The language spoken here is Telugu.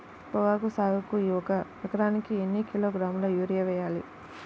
పొగాకు సాగుకు ఒక ఎకరానికి ఎన్ని కిలోగ్రాముల యూరియా వేయాలి?